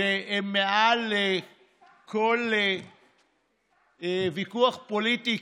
הם מעל כל ויכוח פוליטי,